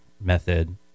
method